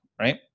right